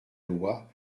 loi